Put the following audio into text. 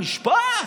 בתי המשפט.